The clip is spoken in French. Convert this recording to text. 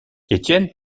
étienne